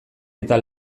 eta